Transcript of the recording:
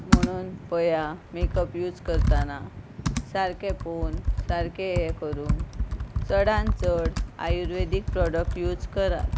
म्हणून पया makeup use करताना सारके पोवन सारके हे करून चडान चड आयुर्वेदीक प्रोडक्ट यूज करात